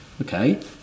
Okay